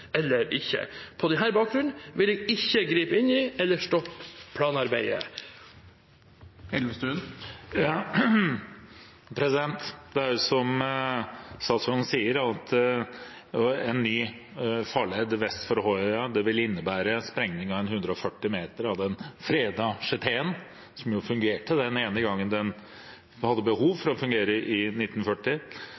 eller ikke. På denne bakgrunn vil jeg ikke gripe inn i eller stanse planarbeidet. Det er, som statsråden sier, slik at en ny farled vest for Håøya vil innebære sprengning av 140 meter av den fredede sjeteen. Den fungerte den ene gangen den hadde behov